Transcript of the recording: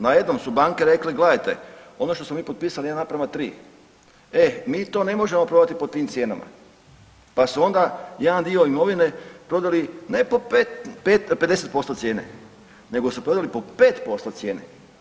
Najednom su banke rekle gledajte ono što smo mi potpisali 1:3, e mi to ne možemo prodati po tim cijenama, pa su onda jedan dio imovine prodali ne po 50% cijene nego su prodali po 5% cijene.